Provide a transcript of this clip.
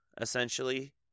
essentially